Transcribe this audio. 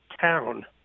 town